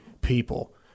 people